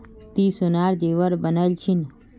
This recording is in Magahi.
ती सोनार जेवर बनइल छि न